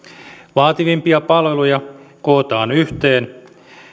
vaativimpia palveluja kootaan yhteen